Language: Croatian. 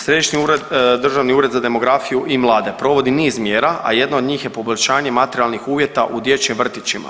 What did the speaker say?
Središnji državni ured za demografiju i mlade provodi niz mjera, a jedno od njih je poboljšanje materijalnih uvjeta u dječjim vrtićima.